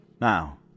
now